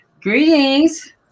greetings